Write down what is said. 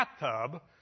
bathtub